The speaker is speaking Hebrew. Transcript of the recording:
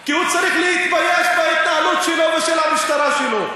כי הוא צריך להתבייש בהתנהלות שלו ושל המשטרה שלו.